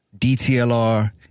DTLR